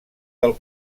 del